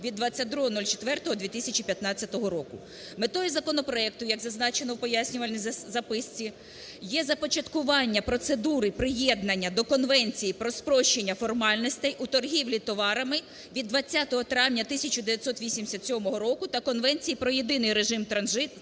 Метою законопроекту, як зазначено в пояснювальній записці, є започаткування процедури приєднання до Конвенції про спрощення формальностей у торгівлі товарами від 20 травня 1987 року та Конвенції про єдиний режим транзиту